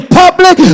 public